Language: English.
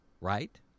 Right